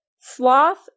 Sloth